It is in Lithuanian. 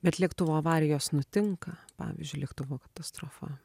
bet lėktuvo avarijos nutinka pavyzdžiui lėktuvo katastrofa